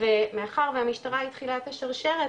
ומאחר והמשטרה התחילה את השרשרת,